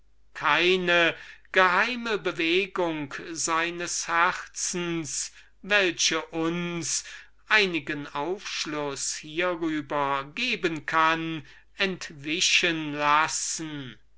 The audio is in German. keine geheime bewegung seines herzens welche uns einigen aufschluß hierüber geben kann entwischen lassen